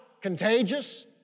contagious